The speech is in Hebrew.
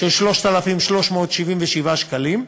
של 3,377 שקלים,